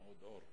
עוד אור.